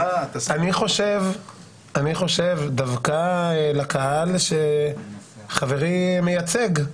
אני חושב דווקא לקהל שחברי מייצג,